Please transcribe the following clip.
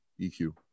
EQ